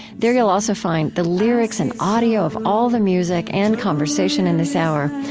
there you'll also find the lyrics and audio of all the music and conversation in this hour.